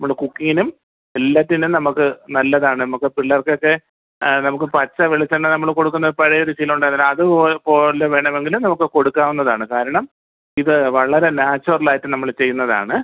നമ്മൾ കുക്കിംഗിനും എല്ലാത്തിനും നമുക്ക് നല്ലതാണ് നമുക്ക് പിള്ളേർക്കൊക്കെ ആ നമുക്ക് പച്ച വെളിച്ചെണ്ണ നമ്മൾ കൊടുക്കുന്ന പഴയൊരു ശീലമുണ്ടായിരുന്നല്ലോ അതുപോലെ പോലെ വേണമെങ്കിലും നമുക്ക് കൊടുക്കാവുന്നതാണ് കാരണം ഇത് വളരെ നാച്ചുറലായിട്ട് നമ്മൾ ചെയ്യുന്നതാണ്